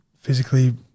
physically